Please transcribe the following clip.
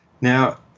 Now